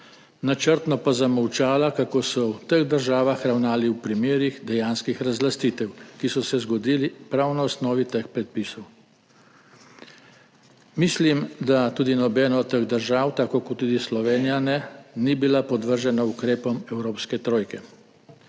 načrtno pa zamolčala, kako so v teh državah ravnali v primerih dejanskih razlastitev, ki so se zgodile prav na osnovi teh predpisov. Mislim, da tudi nobena od teh držav, tako kot tudi Slovenija ne, ni bila podvržena ukrepom evropske trojke.